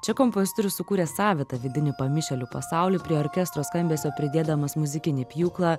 čia kompozitorius sukūrė savitą vidinį pamišėlių pasaulį prie orkestro skambesio pridėdamas muzikinį pjūklą